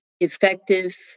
effective